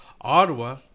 Ottawa